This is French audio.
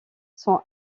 sont